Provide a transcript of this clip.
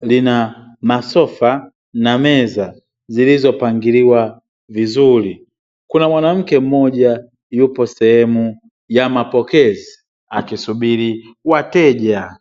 lina masofa na meza zilizopangiliwa vizuri, kuna mwanamke mmoja yuko sehemu ya mapokezi, akisubiri wateja.